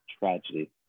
tragedy